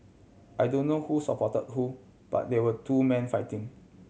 I don't know who support who but there were two men fighting